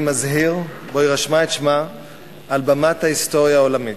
מזהיר שבו היא רשמה את שמה על במת ההיסטוריה העולמית.